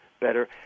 better